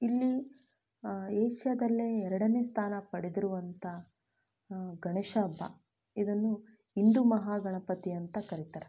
ಇಲ್ಲಿ ಏಷ್ಯಾದಲ್ಲೇ ಎರಡನೇ ಸ್ಥಾನ ಪಡೆದಿರುವಂಥ ಗಣೇಶ ಹಬ್ಬ ಇದನ್ನು ಹಿಂದೂ ಮಹಾ ಗಣಪತಿ ಅಂತ ಕರೀತಾರೆ